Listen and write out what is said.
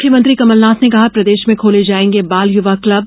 मुख्यमंत्री कमलनाथ ने कहा प्रदेश में खोले जायेंगे बालयुवा क्लब